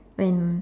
when